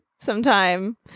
sometime